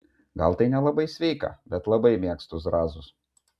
gal tai nelabai sveika bet labai mėgstu zrazus